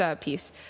piece